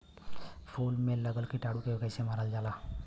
फूल में लगल कीटाणु के कैसे मारल जाला?